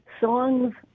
songs